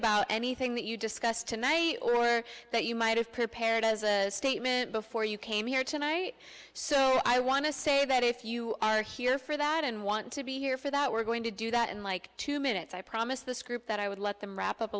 about anything that you discussed tonight earlier that you might have prepared as a statement before you came here tonight so i want to say that if you are here for that and want to be here for that we're going to do that in like two minutes i promise this group that i would let them wrap up